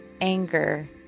anger